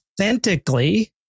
authentically